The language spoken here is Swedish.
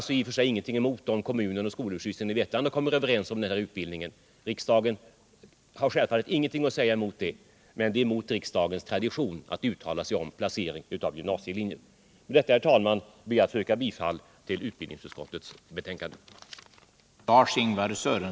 Vi har i och för sig ingenting emot att t.ex. Vetlanda kommun och skolöverstyrelsen kommer överens om isolerteknisk utbildning där. Men det är emot riksdagens tradition att uttala sig om placering av gymnasielinjer. Med detta ber jag, herr talman, att få yrka bifall till utbildningsutskottets hemställan.